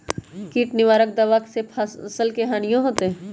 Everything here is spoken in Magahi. किट निवारक दावा से फसल के हानियों होतै?